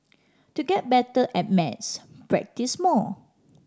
to get better at maths practise more